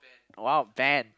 !wow! Ben